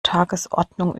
tagesordnung